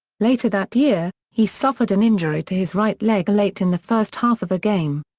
later that year, he suffered an injury to his right leg late in the first half of a game.